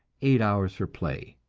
eight hours for play